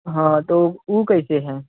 हाँ तऽ ओ उ कैसे हय